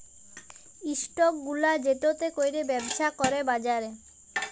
stock গুলা যেটতে ক্যইরে ব্যবছা ক্যরে বাজারে